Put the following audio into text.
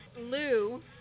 Lou